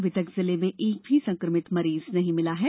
अभी तक जिले में एक भी संकमित मरीज नहीं मिला है